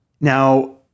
now